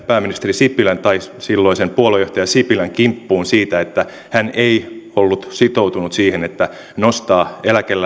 pääministeri sipilän tai silloisen puoluejohtaja sipilän kimppuun siitä että hän ei ollut sitoutunut siihen että nostaa